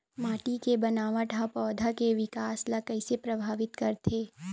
माटी के बनावट हा पौधा के विकास ला कइसे प्रभावित करथे?